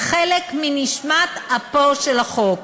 חלק מנשמת אפו של החוק,